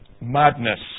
madness